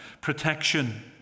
protection